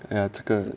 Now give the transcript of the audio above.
an article